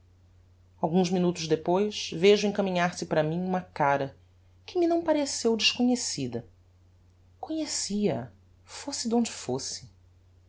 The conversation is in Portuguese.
alguns minutos depois vejo encaminhar-se para mim uma cara que me não pareceu desconhecida conhecia a fosse d'onde fosse